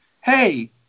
hey